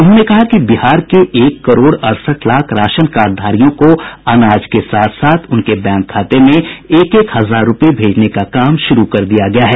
उन्होंने कहा कि बिहार के एक करोड़ अड़सठ लाख राशन कार्डधारियों को अनाज के साथ साथ उनके बैंक खाते में एक एक हजार रूपये भेजने का काम शुरू कर दिया गया है